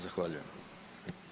Zahvaljujem.